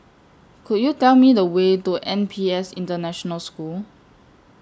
Could YOU Tell Me The Way to N P S International School